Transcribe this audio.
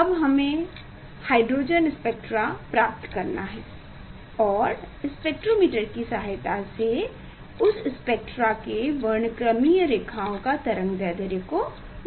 अब हमें hydrogen spectra प्राप्त करना है और स्पेक्ट्रोमीटर की सहायता से उस स्पेक्ट्रा के वर्णक्रमीय रेखाओं के तरंग दैर्ध्य को मापना है